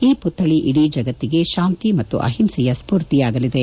ಈ ಮತ್ತಳ ಇಡೀ ಜಗತ್ತಿಗೆ ಶಾಂತಿ ಮತ್ತು ಅಹಿಂಸೆಯ ಸ್ವೂರ್ತಿಯಾಗಲಿದೆ